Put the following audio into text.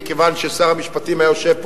מכיוון ששר המשפטים היושב פה,